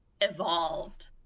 evolved